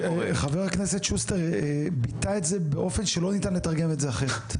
חה"כ שוסטר ביטא את זה באופן שלא ניתן לתרגם את זה אחרת.